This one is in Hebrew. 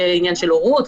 עניין של הורות,